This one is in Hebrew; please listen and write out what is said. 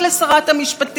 כי הזרעים האלה,